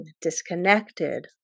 disconnected